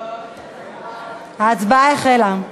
ההצבעה החלה.